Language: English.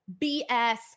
BS